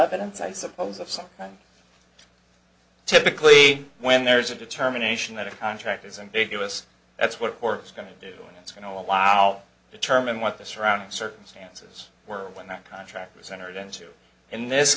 evidence i suppose of some kind typically when there's a determination that a contract is and gave us that's what it's going to do and it's going to allow determine what the surrounding circumstances were when that contract was entered into in this